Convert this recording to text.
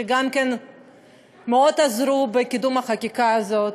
שגם כן מאוד עזרו בקידום החקיקה הזאת.